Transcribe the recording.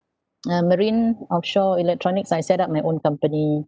uh marine offshore electronics I set up my own company